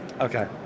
Okay